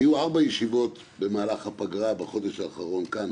היו ארבע ישיבות במהלך הפגרה בחודש האחרון כאן,